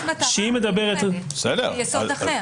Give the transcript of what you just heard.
כשהיא מדברת על --- זה יסוד אחר.